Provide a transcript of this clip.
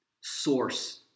source